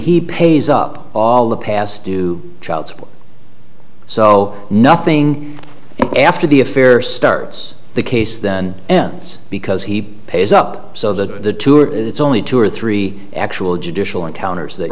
he pays up all the past due child support so nothing after the affair starts the case then ends because he pays up so that the two are it's only two or three actual judicial encounters th